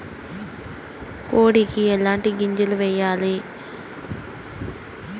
కోడికి ఎట్లాంటి గింజలు వేయాలి?